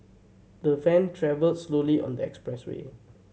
the van travelled slowly on the expressway